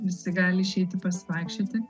visi gali išeiti pasivaikščioti